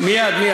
אתה, מייד.